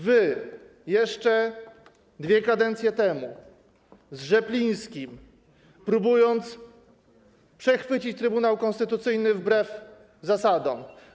Wy jeszcze dwie kadencje temu z Rzeplińskim, próbując przechwycić Trybunał Konstytucyjny wbrew zasadom.